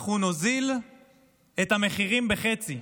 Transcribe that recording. אנחנו נוריד את המחירים בחצי,